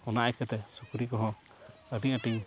ᱚᱱᱟ ᱤᱭᱠᱟᱹ ᱛᱮ ᱥᱩᱠᱨᱤ ᱠᱚᱦᱚᱸ ᱟᱹᱰᱤ ᱟᱸᱴᱤᱧ